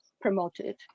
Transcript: promoted